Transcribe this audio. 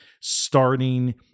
starting